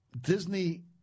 Disney